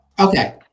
Okay